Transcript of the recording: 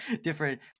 different